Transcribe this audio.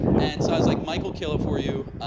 and so, i was like, mike will kill it for you.